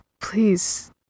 please